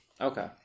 Okay